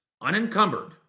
unencumbered